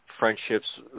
friendships